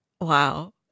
Wow